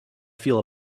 feel